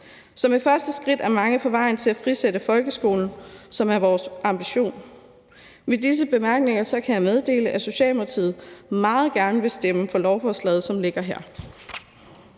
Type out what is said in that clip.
som et første skridt af mange på vejen til at frisætte folkeskolen, hvilket er vores ambition. Med disse bemærkninger kan jeg meddele, at Socialdemokratiet meget gerne vil stemme for lovforslaget, som ligger her.